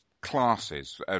Classes